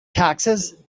taxes